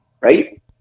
right